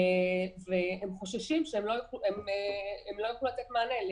והם חוששים שהם לא יוכלו לתת מענה.